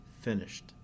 finished